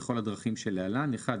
בכל הדרכים שלהלן: "1.